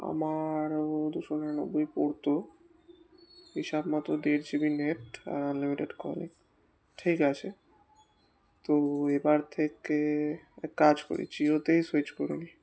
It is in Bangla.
আমার ও দুশো নিরানব্বই পড়ত হিসাব মতো দেড় জিবি নেট আর আনলিমিটেড কলিং ঠিক আছে তো এবার থেকে এক কাজ করি জিওতেই সুইচ করে নিই